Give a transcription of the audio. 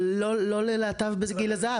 אבל לא ללהט"ב בגיל הזהב,